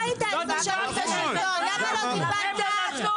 אתם עשר שנים הייתם בממשלה --- תכף אני אגיד מה אני עשיתי.